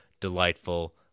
delightful